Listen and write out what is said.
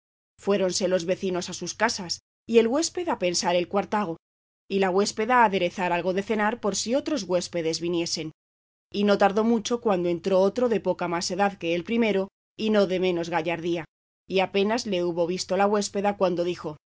gentileza fuéronse los vecinos a sus casas y el huésped a pensar el cuartago y la huéspeda a aderezar algo de cenar por si otros huéspedes viniesen y no tardó mucho cuando entró otro de poca más edad que el primero y no de menos gallardía y apenas le hubo visto la huéspeda cuando dijo